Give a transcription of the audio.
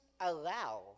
allow